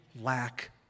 lack